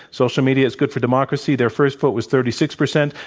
social media is good for democracy, their first vote was thirty six percent.